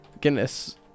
Guinness